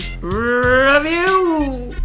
Review